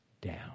down